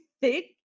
thick